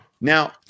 Now